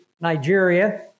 Nigeria